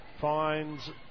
finds